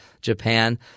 Japan